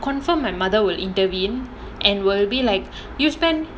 confirm my mother will intervene and will be like you spend